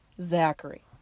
Zachary